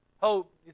Hope